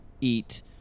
eat